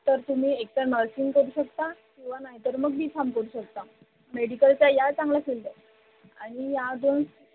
तर तुम्ही एक तर नर्सिंग करू शकता किंवा नाही तर मग बी फाम करू शकता मेडिकलचा या चांगला फिल्ड आहे आणि या दोन